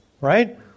right